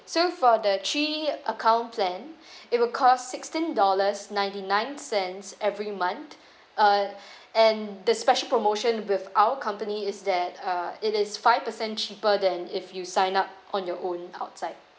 so for the three account plan it will cost sixteen dollars ninety nine cents every month uh and the special promotion with our company is that uh it is five percent cheaper than if you sign up on your own outside